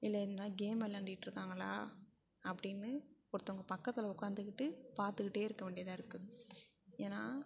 இல்லை எதனா கேம் விளையாண்டுக்கிட்ருக்காங்களா அப்படின்னு ஒருத்தவங்க பக்கத்தில் உட்காந்துக்கிட்டு பார்த்துக்கிட்டே இருக்க வேண்டியதாக இருக்கு ஏனா